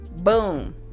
Boom